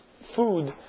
food